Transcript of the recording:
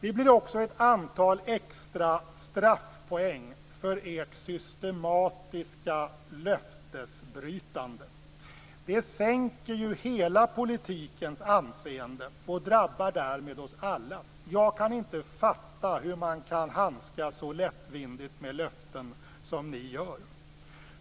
Det blir också ett antal extra straffpoäng för ert systematiska löftesbrytande. Det sänker ju hela politikens anseende och drabbar därmed oss alla. Jag kan inte fatta hur man kan handskas så lättvindigt med löften som ni gör.